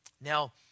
Now